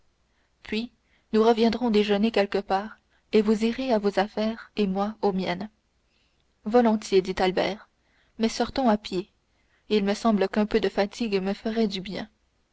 puis nous reviendrons déjeuner quelque part et vous irez à vos affaires et moi aux miennes volontiers dit albert mais sortons à pied il me semble qu'un peu de fatigue me ferait du bien